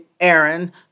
Aaron